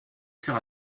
tir